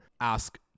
ask